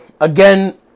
Again